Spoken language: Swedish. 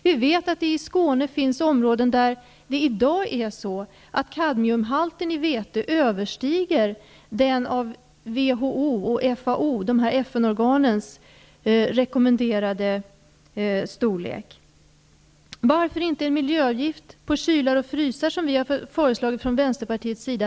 Vi vet att det i dag i Skåne finns områden där kadmiumhalten i vete överstiger de av WHO och FAO, de olika FN-organen, rekommenderade gränsvärdena. Varför kan man inte ha en miljöavgift på kylar och frysar som vi har föreslagit från Vänsterpartiets sida?